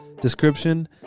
description